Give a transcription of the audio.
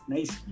Nice